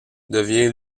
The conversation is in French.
devient